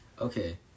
Okay